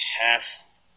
half